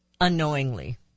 unknowingly